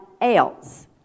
else